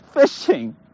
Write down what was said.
fishing